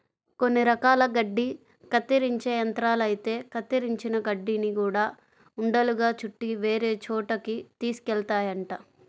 కొన్ని రకాల గడ్డి కత్తిరించే యంత్రాలైతే కత్తిరించిన గడ్డిని గూడా ఉండలుగా చుట్టి వేరే చోటకి తీసుకెళ్తాయంట